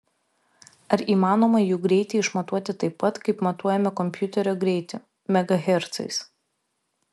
ar įmanoma jų greitį išmatuoti taip pat kaip matuojame kompiuterio greitį megahercais